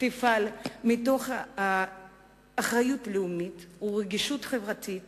תפעל מתוך אחריות לאומית ורגישות חברתית